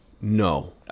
No